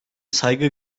saygı